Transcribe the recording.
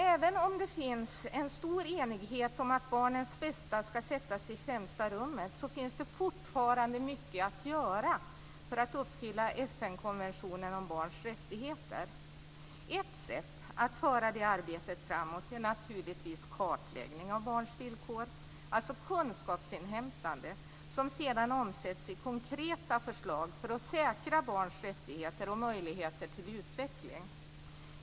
Även om det finns en stor enighet om att barnens bästa ska sättas i främsta rummet finns det fortfarande mycket att göra för att uppfylla FN-konventionen om barns rättigheter. Ett sätt att föra det arbetet framåt är naturligtvis kartläggning av barns villkor, alltså kunskapsinhämtande som sedan omsätts i konkreta förslag för att säkra barns rättigheter och möjligheter till utveckling.